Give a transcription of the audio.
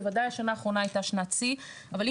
בוודאי השנה האחרונה הייתה שנת שיא אבל אם